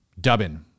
Dubin